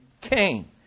Cain